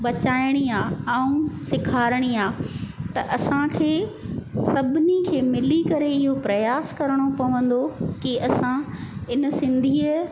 बचाइणी आहे ऐं सेखारणी आहे त असांखे सभिनी खे मिली करे इहो प्रयास करिणो पवंदो के असां इन सिंधीअ